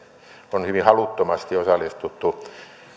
on hyvin haluttomasti osallistuttu